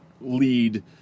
lead